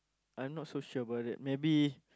I'm not so sure about that maybe